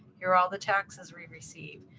here are all the taxes we received.